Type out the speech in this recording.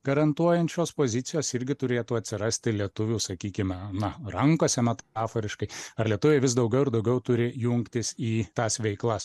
garantuojančios pozicijos irgi turėtų atsirasti lietuvių sakykime na rankose metaforiškai ar lietuviai vis daugiau ir daugiau turi jungtis į tas veiklas